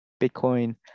Bitcoin